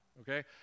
Okay